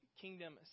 kingdom